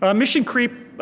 um mission creep,